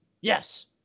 Yes